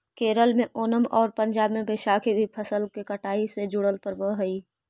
केरल में ओनम आउ पंजाब में बैसाखी भी फसल के कटाई से जुड़ल पर्व हइ